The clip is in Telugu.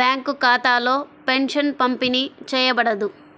బ్యేంకు ఖాతాలో పెన్షన్ పంపిణీ చేయబడదు